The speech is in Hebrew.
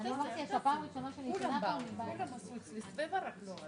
מן היועצת המשפטית לקרוא את הנוסח לקראת ההצבעה.